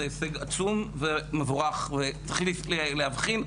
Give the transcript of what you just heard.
זה הישג עצום ומבורך וצריך להבחין,